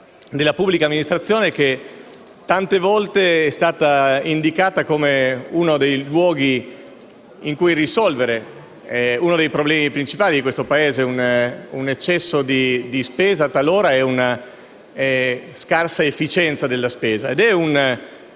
della pubblica amministrazione che tante volte è stata indicata come uno dei luoghi in cui risolvere uno dei problemi principali di questo Paese, cioè un eccesso di spesa, talora anche scarsamente efficiente. Credo